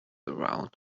around